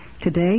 Today